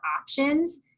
options